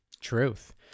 Truth